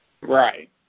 Right